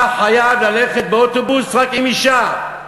אתה חייב ללכת באוטובוס רק עם אישה.